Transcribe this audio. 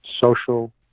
social